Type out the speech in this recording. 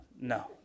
no